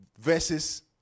versus